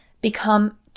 become